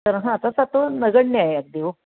तर हां तसा आता तो नग्यण्य आहे अगदी हो